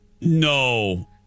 No